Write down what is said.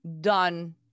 done